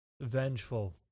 Vengeful